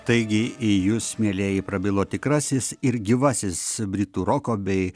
taigi į jus mielieji prabilo tikrasis ir gyvasis britų roko bei